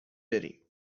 بریم